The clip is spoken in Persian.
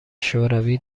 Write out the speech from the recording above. شوروی